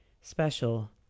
special